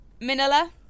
Manila